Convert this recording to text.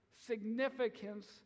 significance